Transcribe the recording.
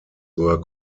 were